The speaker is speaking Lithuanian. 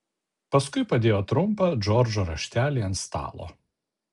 paskui padėjo trumpą džordžo raštelį ant stalo